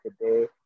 today